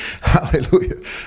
Hallelujah